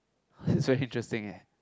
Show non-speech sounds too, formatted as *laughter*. *breath* it's very interesting eh